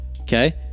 Okay